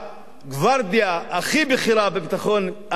הגוורדיה הכי בכירה בביטחון אמריקה,